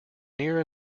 near